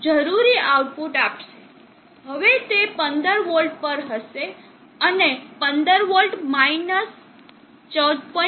હવે તે 15 v પર હશે હવે 15 v 14